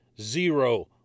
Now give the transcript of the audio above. zero